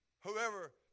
whoever